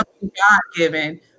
God-given